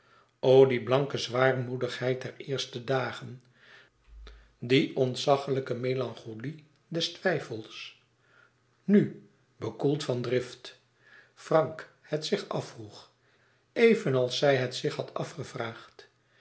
o die blanke zwaarmoedigheid der eerste dagen die ontzachelijke melancholie des twijfels nu bekoeld van drift frank het zich afvroeg evenals zij het zich had afgevraagd